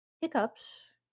Hiccups